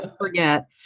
forget